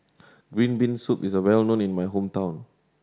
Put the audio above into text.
green bean soup is well known in my hometown